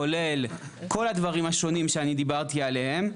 כולל כל הדברים השונים שאני דיברתי עליהם,